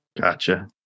Gotcha